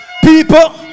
people